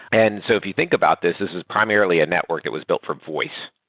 and so if you think about this, this is primarily a network that was built for voice.